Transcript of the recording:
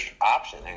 option